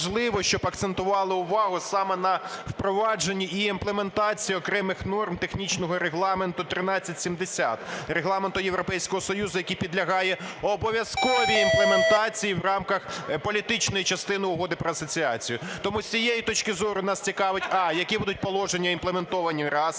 важливо, щоб акцентували увагу саме на впровадженні і імплементації окремих норм Технічного регламенту 1370, Регламенту Європейського Союзу, який підлягає обов'язковій імплементації в рамках політичної частини Угоди про асоціацію. Тому з цієї точки зору нас цікавить: а) які будуть положення імплементовані, раз.